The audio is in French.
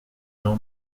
jean